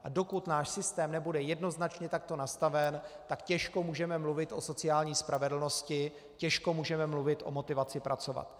A dokud náš systém nebude jednoznačně takto nastaven, tak těžko můžeme mluvit o sociální spravedlnosti, těžko můžeme mluvit o motivaci pracovat.